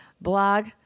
blog